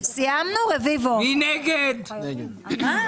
מי בעד קבלת ההסתייגות?